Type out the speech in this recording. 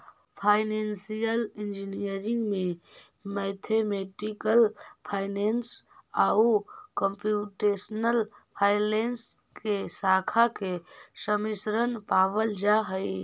financial engineering में mathematical finance आउ computational finance के शाखा के सम्मिश्रण पावल जा हई